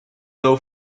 low